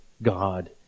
God